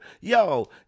yo